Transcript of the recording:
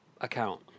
account